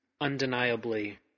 undeniably